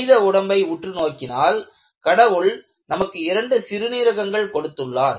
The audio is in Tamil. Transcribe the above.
மனித உடம்பை உற்றுநோக்கினால் கடவுள் நமக்கு இரண்டு சிறுநீரகங்கள் கொடுத்துள்ளார்